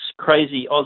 crazy